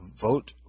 vote